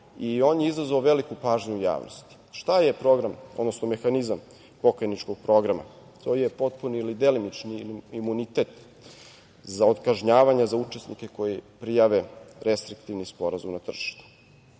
On je izazvao veliku pažnju u javnosti. Šta je program, odnosno, mehanizam pokrajničkog programa? To je potpuni ili delimični imunitet za otkažnjavanje za učesnike koji prijave restriktivni sporazum na tržištu.U